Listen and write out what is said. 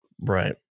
Right